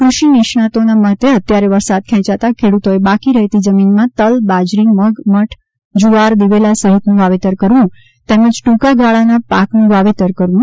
કૂષિ નિષ્ણાંતોના મતે અત્યારે વરસાદ ખેંચાતા ખેડૂતોએ બાકી રહેતી જમીનમાં તલ બાજરી મગ મઠ જુવાર દિવેલા સહિતનું વાવેતર કરવું તેમજ ટૂંકાગાળાના પાકનું વાવેતર કરવું